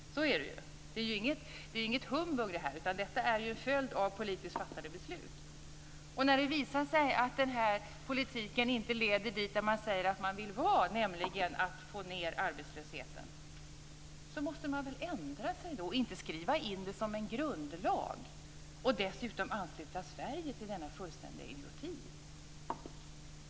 Så är det ju. Det är ingen humbug det här, utan detta är en följd av politiskt fattade beslut. När det visar sig att den här politiken inte leder dit man vill, nämligen till att få ned arbetslösheten, måste man väl ändra sig och inte skriva in den som en grundlag och dessutom ansluta Sverige till denna fullständiga idioti.